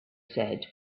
said